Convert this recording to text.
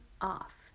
off